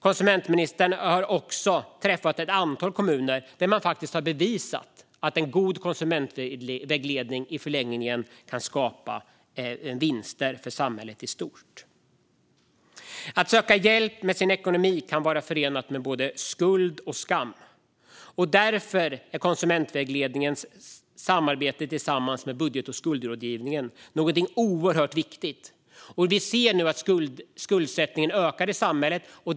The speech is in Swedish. Konsumentministern har också träffat ett antal kommuner där man har bevisat att en god konsumentvägledning i förlängningen kan skapa vinster för samhället i stort. Att söka hjälp med sin ekonomi kan vara förenat med både skuld och skam. Därför är konsumentvägledningens samarbete tillsammans med budget och skuldrådgivningen någonting oerhört viktigt. Vi ser nu att skuldsättningen ökar i samhället.